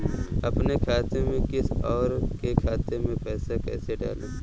अपने खाते से किसी और के खाते में पैसे कैसे डालें?